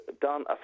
done